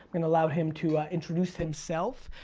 gonna allow him to introduce himself,